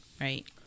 right